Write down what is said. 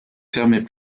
fermaient